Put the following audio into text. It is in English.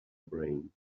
brain